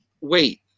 wait